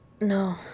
No